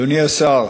אדוני השר,